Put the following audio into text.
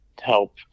help